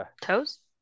Toes